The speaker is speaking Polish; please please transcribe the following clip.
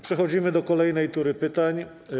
Przechodzimy do kolejnej tury pytań.